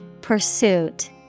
Pursuit